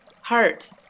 Heart